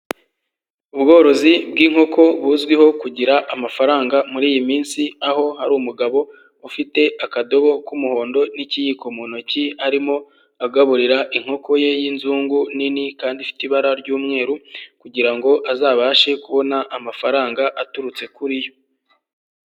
Ubworozi bw'inkoko buzwiho kugira amafaranga muri iyi minsi, aho hari umugabo ufite akadobo k'umuhondo n'ikiyiko mu ntoki, arimo agaburira inkoko ye y'inzungu nini kandi ifite ibara ry'umweru kugira ngo azabashe kubona amafaranga aturutse kuri yo.